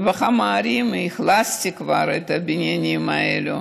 ובכמה ערים אכלסתי כבר את הבניינים האלה